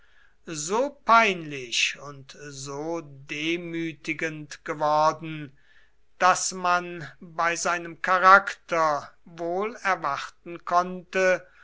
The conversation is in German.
so peinlich und so demütigend geworden daß man bei seinem charakter wohl erwarten konnte